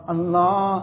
Allah